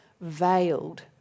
Veiled